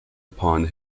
upon